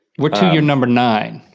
we're to your number nine.